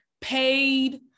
paid